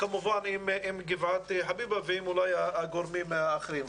כמובן עם גבעת חביבה ועם הגורמים האחרים.